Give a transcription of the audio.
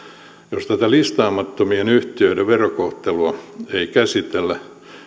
jos tätä listaamattomien yhtiöiden verokohtelua ei käsitellä